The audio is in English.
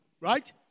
right